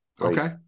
Okay